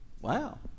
Wow